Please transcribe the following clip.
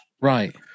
Right